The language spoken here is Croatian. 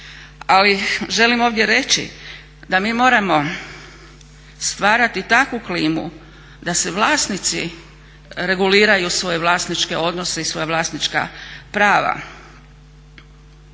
Ali želim ovdje reći da mi moramo stvarati takvu klimu da vlasnici reguliraju svoje vlasničke odnose i svoja vlasnička prava,